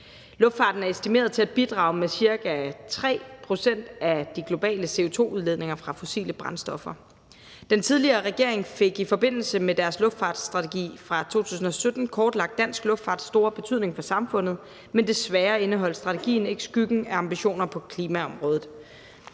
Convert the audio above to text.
Luftfarten er estimeret til at bidrage med ca. 3 pct. af de globale CO2-udledninger fra fossile brændstoffer. Den tidligere regering fik i forbindelse med deres luftfartsstrategi fra 2017 kortlagt dansk luftfarts store betydning for samfundet, men desværre indeholder strategien ikke skyggen af ambitioner på klimaområdet.